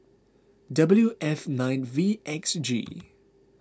W F nine V X G